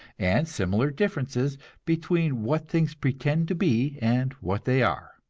and similar differences between what things pretend to be and what they are.